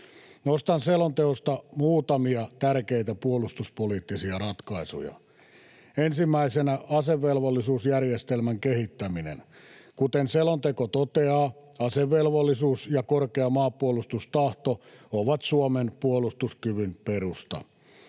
Nostan selonteosta muutamia tärkeitä puolustuspoliittisia ratkaisuja: Ensimmäisenä asevelvollisuusjärjestelmän kehittäminen. Kuten selonteko toteaa, asevelvollisuus ja korkea maanpuolustustahto ovat Suomen puolustuskyvyn perusta.